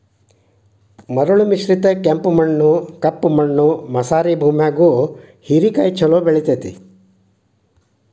ಮರಳು ಮಿಶ್ರಿತ ಕೆಂಪು ಮಣ್ಣ, ಕಪ್ಪು ಮಣ್ಣು ಮಸಾರೆ ಭೂಮ್ಯಾಗು ಹೇರೆಕಾಯಿ ಚೊಲೋ ಬೆಳೆತೇತಿ